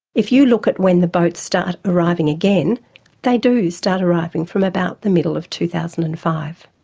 if you look at when the boats start arriving again, they do start arriving from about the middle of two thousand and five,